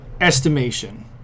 estimation